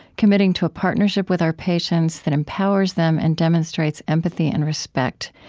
committing to a partnership with our patients that empowers them and demonstrates empathy and respect.